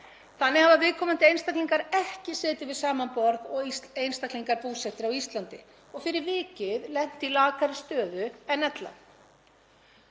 Þannig hafa viðkomandi einstaklingar ekki setið við sama borð og einstaklingar búsettir á Íslandi og fyrir vikið lent í lakari stöðu en ella.